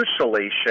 insulation